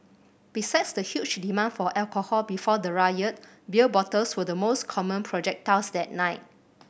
besides the huge demand for alcohol before the riot beer bottles were the most common projectiles that night